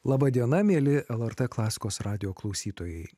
laba diena mieli lrt klasikos radijo klausytojai